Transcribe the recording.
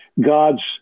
God's